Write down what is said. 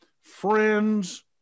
friends